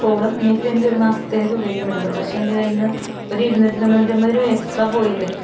കോളും നെറ്റും എനിക്ക് ഒരു മാസത്തേക്കേ ഉപയോഗിക്കാൻ പറ്റത്തുള്ളൂ പക്ഷേ എൻ്റെ കൈയിൽ നിന്ന് ഒരു ഇരുന്നൂറ്റി തൊണ്ണൂറ്റിയൊൻപത് രൂപ എക്സ്ട്രാ പോയില്ലെ